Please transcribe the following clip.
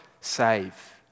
save